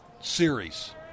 series